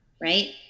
right